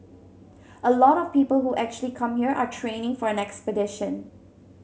a lot of people who actually come here are training for an expedition